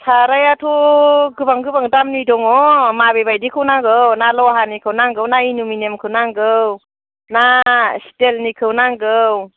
सारायाथ' गोबां गोबां दामनि दङ माबे बायदिखौ नांगौ ना लहानिखौ नांगौ ना एलुमिनियामखौ नांगौ ना स्टेलनिखौ नांगौ